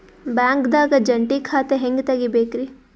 ಬ್ಯಾಂಕ್ದಾಗ ಜಂಟಿ ಖಾತೆ ಹೆಂಗ್ ತಗಿಬೇಕ್ರಿ?